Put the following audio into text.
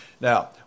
Now